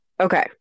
Okay